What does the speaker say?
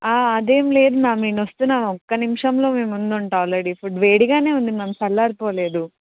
అది ఏమి లేదు మ్యామ్ నేను వస్తున్నాను ఒకేస్ నిమిషంలో మేము ఉంద ఉంటాను ఆల్రెడీ ఫుడ్ వేడిగా ఉంది మ్యామ్ చల్లారిపోలేదు